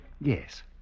Yes